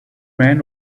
man